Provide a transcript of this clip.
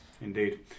Indeed